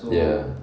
ya